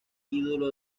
ídolo